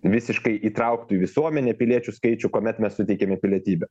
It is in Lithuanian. visiškai įtrauktų į visuomenę piliečių skaičių kuomet mes suteikiame pilietybę